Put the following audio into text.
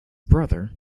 brother